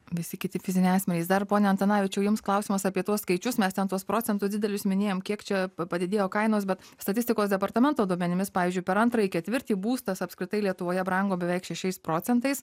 visi kiti fiziniai asmenys dar pone antanavičiau jums klausimas apie tuos skaičius mes ten tuos procentus didelius minėjom kiek čia pa padidėjo kainos bet statistikos departamento duomenimis pavyzdžiui per antrąjį ketvirtį būstas apskritai lietuvoje brango beveik šešiais procentais